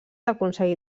aconseguí